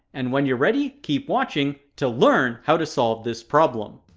and when you're ready, keep watching to learn how to solve this problem.